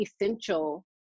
essential